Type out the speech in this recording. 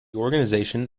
organisation